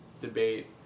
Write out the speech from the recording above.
debate